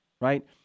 right